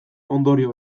ondorio